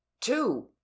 Two